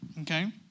okay